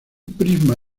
prisma